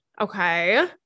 Okay